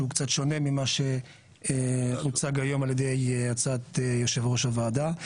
שהוא קצת שונה ממה שהוצג היום על ידי הצעת יושב ראש הוועדה.